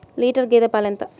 Litre గేదె పాలు ఎంత?